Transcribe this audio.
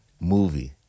movie